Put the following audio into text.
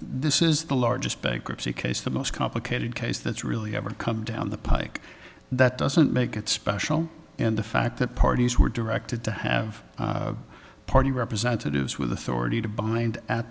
this is the largest bankruptcy case the most complicated case that's really ever come down the pike that doesn't make it special and the fact that parties were directed to have party representatives with authority to bind at